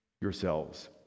yourselves